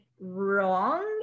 wrong